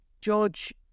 George